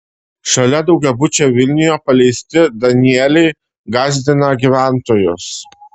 šalia daugiabučio vilniuje paleisti danieliai gąsdina gyventojus